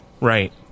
Right